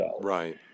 Right